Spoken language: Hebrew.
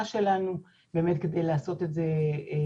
שלנו על מנת באמת כדי לעשות את זה אצלינו.